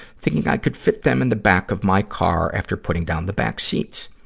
thinking i could fit them in the back of my car after putting down the backseats.